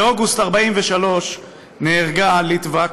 באוגוסט 1943 נהרגה ליטבק,